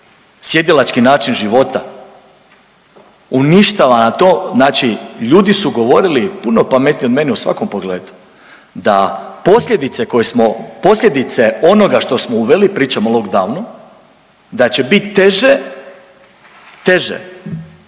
Sjedilački način života. Uništava nam to, znači ljudi su govorili puno pametniji od mene u svakom pogledu, da posljedice koje smo, posljedice onoga što smo uveli, pričam o lockdownu, da će biti teže, teže